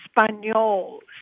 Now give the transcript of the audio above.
Espanol